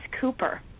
Cooper